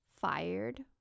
fired